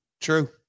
True